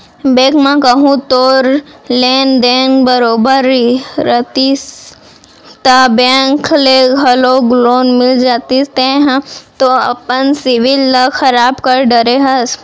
bank म कहूँ तोर लेन देन बरोबर रहितिस ता बेंक ले घलौक लोन मिल जतिस तेंहा तो अपन सिविल ल खराब कर डरे हस